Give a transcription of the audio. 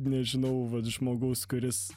nežinau vat žmogaus kuris